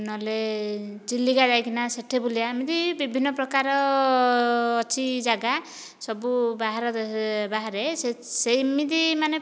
ନହେଲେ ଚିଲିକା ଯାଇକି ନା ସେଇଠି ବୁଲିବା ଏମିତି ବିଭିନ୍ନ ପ୍ରକାର ଅଛି ଜାଗା ସବୁ ବାହାର ବାହାରେ ସେମିତି ମାନେ